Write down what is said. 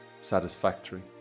satisfactory